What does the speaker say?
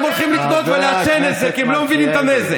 והם הולכים לקנות ולעשן את זה כי הם לא מבינים את הנזק.